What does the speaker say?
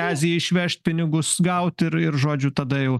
aziją išvežt pinigus gaut ir ir žodžiu tada jau